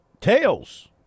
Tails